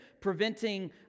preventing